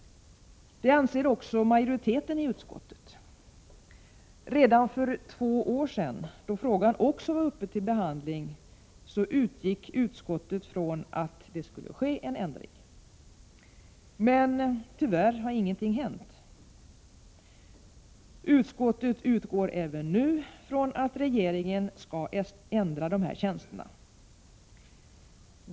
Det anser också majoriteten i utskottet. Redan för två år sedan, då frågan också var uppe till behandling, utgick man i utskottet från att det skulle ske en förändring. Men tyvärr har ingenting hänt. Utskottet utgår även nu från att regeringen skall ändra de här tjänsterna.